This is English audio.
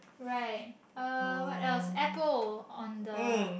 right uh what else apple on the